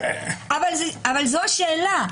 אבל זו שאלה.